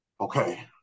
okay